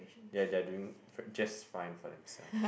they are they are doing fra~ just fine for themselves